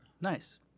Nice